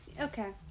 okay